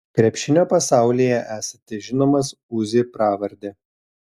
krepšinio pasaulyje esate žinomas uzi pravarde